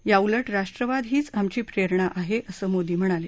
याऊलट राष्ट्वाद हीच आमची प्रेरणा आहे असं मोदी म्हणाले